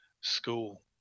school